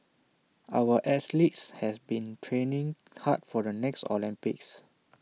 our athletes have been training hard for the next Olympics